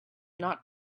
not